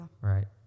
Right